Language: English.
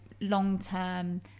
long-term